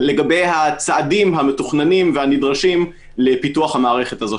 לגבי הצעדים המתוכננים והנדרשים לפיתוח המערכת הזאת.